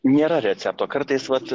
nėra recepto kartais vat